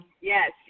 yes